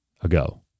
ago